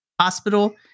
hospital